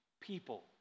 people